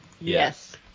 Yes